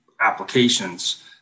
applications